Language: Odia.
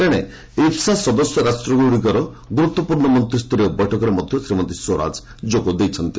ତେଶେ ଇବ୍ସା ସଦସ୍ୟ ରାଷ୍ଟ୍ରଗୁଡ଼ିକର ଗୁରୁତ୍ୱପୂର୍ଣ୍ଣ ମନ୍ତ୍ରୀ ସ୍ତରୀୟ ବୈଠକରେ ମଧ୍ୟ ଶ୍ରୀମତୀ ସ୍ୱରାଜ ଯୋଗ ଦେଇଛନ୍ତି